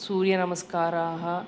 सूर्यमस्काराः